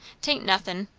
tain't nothin.